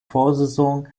vorsaison